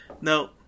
No